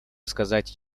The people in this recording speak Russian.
сказать